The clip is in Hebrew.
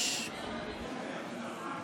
עליזה בראשי,